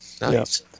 Nice